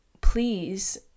please